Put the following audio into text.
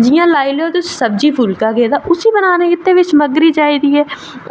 जि'यां लाई लैओ तुस सब्जी फुल्का उसी बनाने आस्तै बी समग्री चाहिदी ऐ